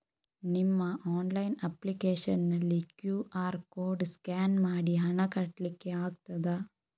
ನಿಮ್ಮ online application ನಲ್ಲಿ QR code scan ಮಾಡಿ ಹಣ ಕಟ್ಲಿಕೆ ಆಗ್ತದ?